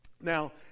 Now